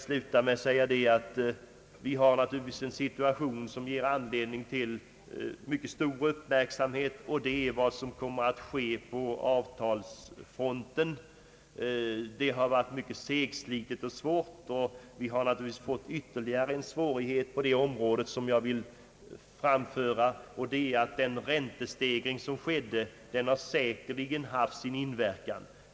Slutligen vill jag säga att vi naturligtvis befinner oss i en sådan situation att vi har anledning vara mycket uppmärksamma beträffande läget på avtalsfronten. Förhandlingarna har varit mycket segslitna. Vi har fått ytterligare en svårighet på det området, nämligen den räntestegring som ägde rum — vilken säkerligen inverkat.